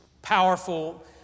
powerful